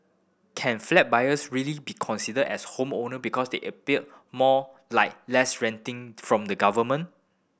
can flat buyers really be considered as homeowner because they a bill more like less renting from the government